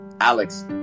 Alex